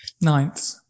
Ninth